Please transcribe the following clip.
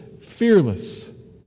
fearless